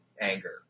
anger